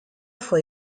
fue